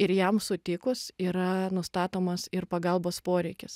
ir jam sutikus yra nustatomas ir pagalbos poreikis